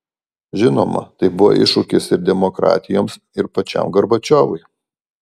žinoma tai buvo iššūkis ir demokratijoms ir pačiam gorbačiovui